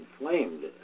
inflamed